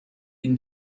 این